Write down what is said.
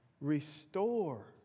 restore